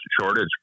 shortage